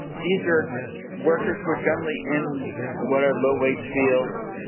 these are workers who are generally in what are low wage fields,